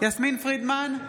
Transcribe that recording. יסמין פרידמן,